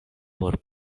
por